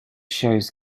shows